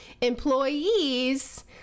employees